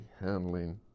handling